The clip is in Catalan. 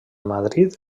madrid